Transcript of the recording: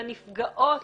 לנפגעות,